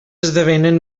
esdevenen